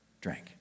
drank